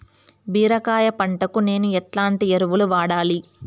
బీరకాయ పంటకు నేను ఎట్లాంటి ఎరువులు వాడాలి?